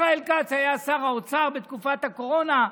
ישראל כץ היה שר האוצר בתקופת הקורונה.